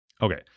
Okay